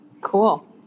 cool